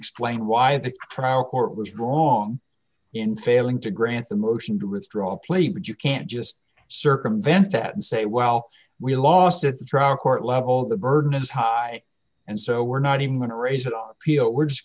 explain why the trial court was wrong in failing to grant the motion to withdraw play but you can't just circumvent that and say well we lost at the trial court level the burden is high and so we're not even going to raise an appeal we're just